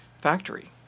factory